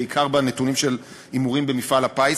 בעיקר מהנתונים של הימורים במפעל הפיס,